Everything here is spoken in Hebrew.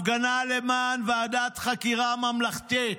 הפגנה למען הקמת ועדת חקירה ממלכתית